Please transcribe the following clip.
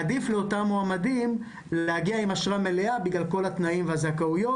עדיף לאותם מועמדים להגיע עם אשרה מלאה בגלל כל התנאים והזכאויות.